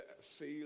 feel